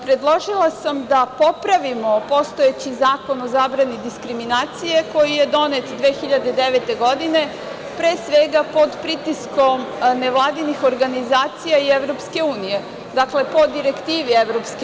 Predložila sam da popravimo postojeći Zakon o zabrani diskriminacije, koji je donet 2009. godine, pre svega pod pritiskom nevladinih organizacija i EU, dakle, po direktivi EU.